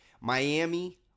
Miami